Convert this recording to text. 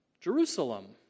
Jerusalem